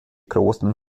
großem